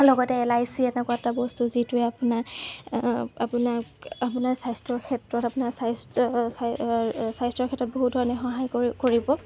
লগতে L I C এনেকুৱা এটা বস্তু যিটোৱে আপোনাক আপোনাৰ আপোনাৰ স্বাস্থ্যৰ ক্ষেত্ৰত আপোনাৰ স্বাস্থ্য স্বাস্থ্যৰ ক্ষেত্ৰত বহুতো ধৰণে সহায় কৰিব